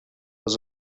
was